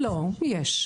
לא, יש.